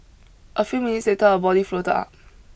a few minutes later a body floated up